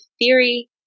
theory